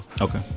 Okay